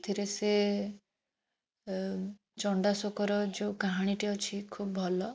ସେଥିରେ ସେ ଚଣ୍ଡାଶୋକର ଯେଉଁ କାହାଣୀଟି ଅଛି ଖୁବ୍ ଭଲ